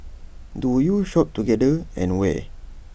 do you shop together and where